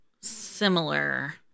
similar